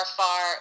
far